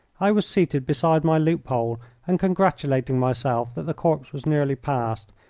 i was seated beside my loophole and congratulating myself that the corps was nearly past,